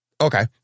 Okay